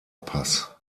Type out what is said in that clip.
pass